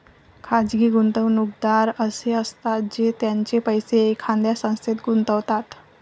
खाजगी गुंतवणूकदार असे असतात जे त्यांचे पैसे एखाद्या संस्थेत गुंतवतात